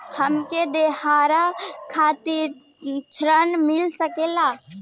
हमके दशहारा खातिर ऋण मिल सकेला का?